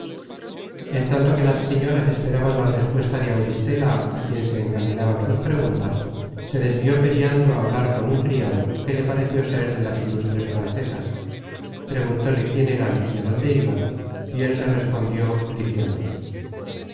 en tanto que las señoras esperaban la respuesta de auristela á quien se encaminaban sus preguntas se desvió periandro á hablar con un criado que le pareció ser de las ilustres francesas preguntóle quién eran y á dónde iban y él le respondió diciendo